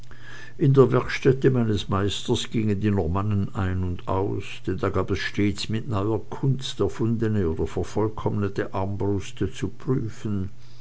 in der werkstätte meines meisters gingen die normannen ein und aus denn da gab es stets mit neuer kunst erfundene oder vervollkommnete armbruste zu prüfen